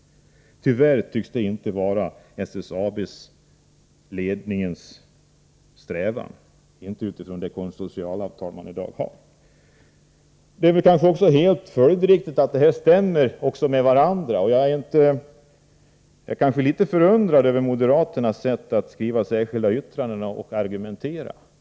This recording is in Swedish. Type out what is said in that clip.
Tyvärr tycks det inte vara SSAB-ledningens strävan, inte utifrån det konsortialavtal som man i dag har. Det är väl kanske också helt följdriktigt att det här råder en överensstämmelse. Jag är något förundrad över moderaternas sätt att skriva särskilda yttranden och att argumentera.